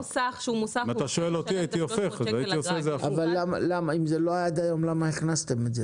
אם זה לא היה עד היום, למה הכנסתם את זה?